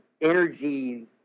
energy